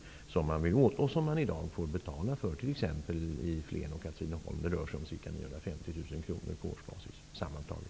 Dessa avgångar vill man komma åt, och man får i dag betala för dem, t.ex. i Flen och Katrineholm. Det rör sig sammantaget om ca 950--1 000 kronor på årsbasis.